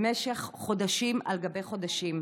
במשך חודשים על גבי חודשים.